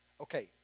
Okay